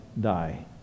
die